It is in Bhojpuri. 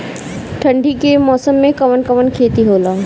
ठंडी के मौसम में कवन कवन खेती होला?